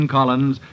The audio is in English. Collins